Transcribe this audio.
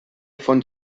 von